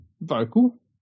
vocal